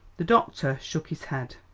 the doctor shook his head.